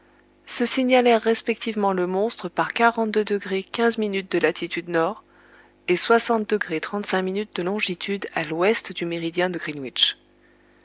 se signalèrent respectivement le monstre par de latitude nord et de longitude à l'ouest du méridien